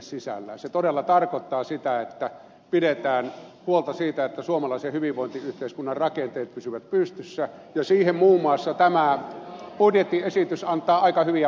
se todella tarkoittaa sitä että pidetään huolta siitä että suomalaisen hyvinvointiyhteiskunnan rakenteet pysyvät pystyssä ja siihen muun muassa tämä budjettiesitys antaa aika hyviä vastauksia